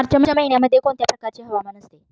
मार्च महिन्यामध्ये कोणत्या प्रकारचे हवामान असते?